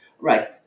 Right